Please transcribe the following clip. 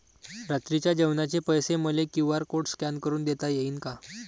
रात्रीच्या जेवणाचे पैसे मले क्यू.आर कोड स्कॅन करून देता येईन का?